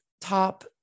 top